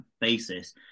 basis